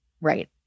Right